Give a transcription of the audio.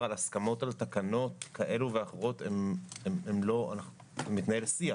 על הסכמות על תקנות כאלו ואחרות מתנהל שיח.